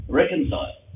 reconcile